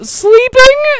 sleeping